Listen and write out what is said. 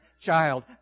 child